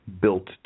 built